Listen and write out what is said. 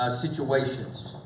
situations